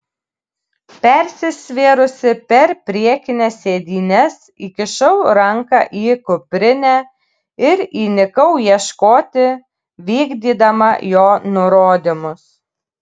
persisvėrusi per priekines sėdynes įkišau ranką į kuprinę ir įnikau ieškoti vykdydama jo nurodymus